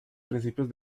principios